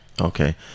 Okay